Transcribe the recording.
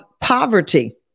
poverty